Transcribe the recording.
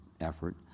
effort